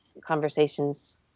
conversations